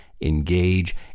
engage